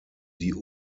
die